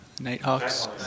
Nighthawks